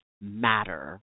matter